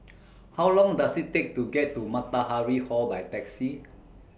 How Long Does IT Take to get to Matahari Hall By Taxi